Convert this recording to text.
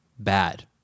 bad